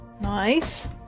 Nice